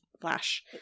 flash